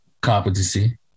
competency